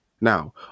Now